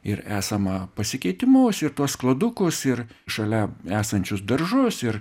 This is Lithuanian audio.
ir esamą pasikeitimus ir tuos skladukus ir šalia esančius daržus ir